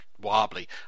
wobbly